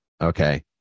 okay